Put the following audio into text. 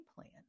plan